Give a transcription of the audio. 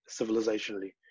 civilizationally